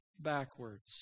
backwards